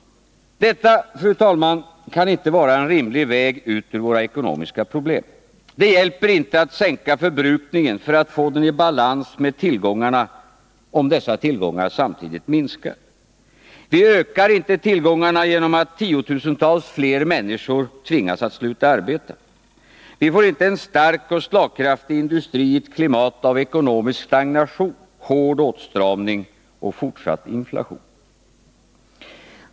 Detta, fru talman, kan inte vara en rimlig väg ut ur våra ekonomiska problem. Det hjälper inte att sänka förbrukningen för att få den i balans med tillgångarna, om dessa tillgångar samtidigt minskar. Vi ökar inte tillgångarna genom att tiotusentals fler människor tvingas att sluta arbeta. Vi får inte en stark och slagkraftig industri i ett klimat av ekonomisk stagnation, hård åtstramning och fortsatt inflation.